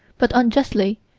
but unjustly,